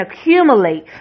accumulate